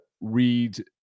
read